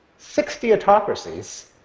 sixty autocracies,